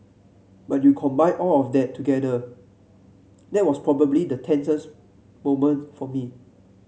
but you combine all of that together that was probably the tensest moment for me